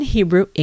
Hebrew